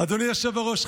אדוני היושב-ראש,